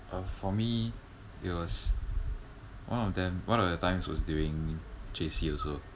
uh for me it was one of them one of the times was during J_C also